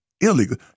illegal